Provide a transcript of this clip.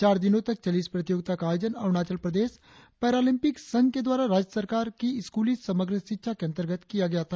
चार दिनों तक चली इस प्रतियोगिता का आयोजन अरुणाचल प्रदेश पेरालम्पिक्स संघ के द्वारा राज्य सरकार की स्कूली समग्र शिक्षा के अंतर्गत किया गया था